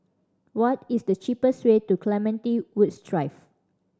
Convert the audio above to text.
what is the cheapest way to Clementi Woods Drive